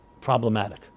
problematic